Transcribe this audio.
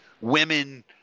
women